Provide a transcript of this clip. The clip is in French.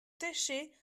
técher